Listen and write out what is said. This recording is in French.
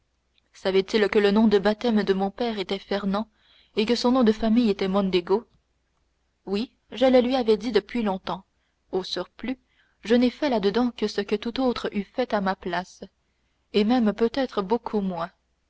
savait-il que le nom de baptême de mon père était fernand et que son nom de famille était mondego oui je le lui avais dit depuis longtemps au surplus je n'ai fait là-dedans que ce que tout autre eût fait à ma place et même peut-être beaucoup moins